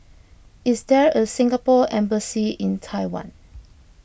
is there a Singapore Embassy in Taiwan